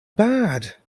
bad